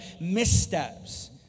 missteps